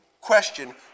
Question